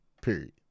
Period